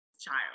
child